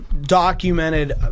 documented